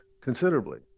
considerably